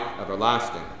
everlasting